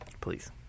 Please